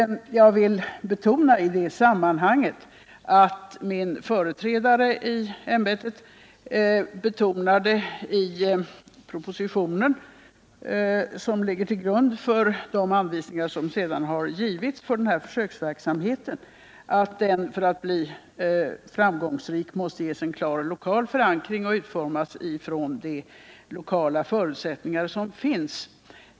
Jag vill i det här sammanhanget betona att min företrädare i ämbetet, i den proposition som ligger till grund för de anvisningar som sedan givits för den här försöksverksamheten, underströk att den för att bli framgångsrik måste ges en klar lokal förankring och utformas utifrån de lokala förutsättningar som finns.